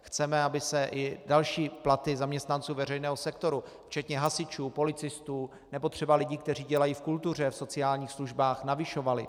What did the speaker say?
Chceme, aby se i další platy zaměstnanců veřejného sektoru včetně hasičů, policistů nebo třeba lidí, kteří dělají v kultuře, v sociálních službách, navyšovaly.